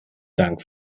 dank